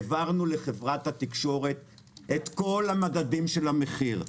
העברנו למשרד התקשורת את כל המדדים של המחיר.